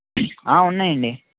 ఉన్నాయండి